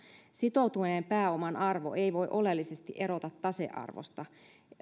sitoutuneen pääoman arvo ei voi oleellisesti erota tasearvosta